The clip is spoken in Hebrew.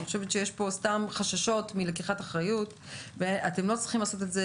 אני חושבת שיש פה סתם חששות מלקיחת אחריות ואתם לא צריכים לעשות את זה,